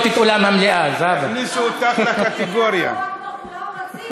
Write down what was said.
עזרתו של חבר גם בהצגת